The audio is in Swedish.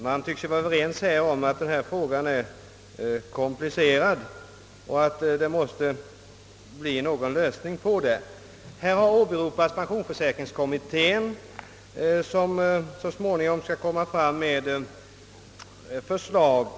Herr talman! Det tycks råda enighet om att denna fråga är komplicerad och att vi måste finna någon lösning på den. Här har också åberopats pensionsförsäkringskommittén som så småningom skall framlägga förslag.